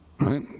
right